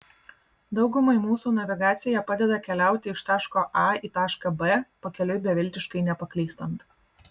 daugumai mūsų navigacija padeda keliauti iš taško a į tašką b pakeliui beviltiškai nepaklystant